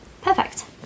perfect